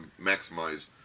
maximize